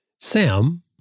Sam